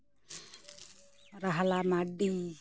ᱨᱟᱦᱞᱟ Mardi